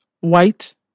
white